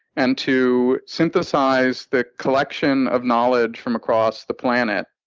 and to synthesize the collection of knowledge from across the planet